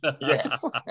Yes